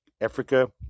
Africa